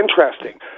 interesting